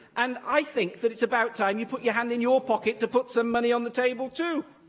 and i think that it's about time you put your hand in your pocket to put some money on the table too.